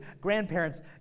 grandparents